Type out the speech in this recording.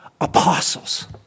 apostles